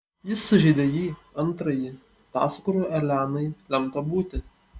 jis sužeidė jį antrąjį tą su kuriuo elenai lemta būti